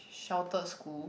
sheltered school